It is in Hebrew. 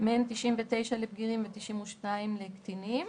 מהן 99 לבגירים ו-92 לקטינים.